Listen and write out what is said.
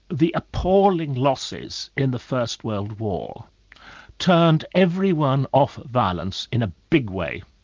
the appalling losses in the first world war turned everyone off violence in a big way,